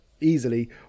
easily